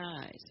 eyes